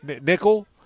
Nickel